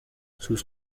sus